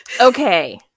Okay